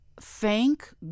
Thank